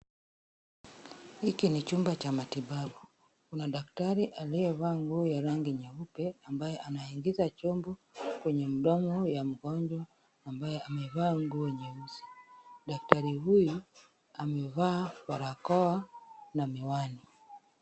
Hiki ni chumba cha matibabu. Kuna daktari aliyevaa nguo ya rangi nyeupe, ambaye anaingiza chombo kwenye mdomo ya mgonjwa, ambaye amevaa nguo nyeusi. Daktari huyu amevaa barakoa na miwani.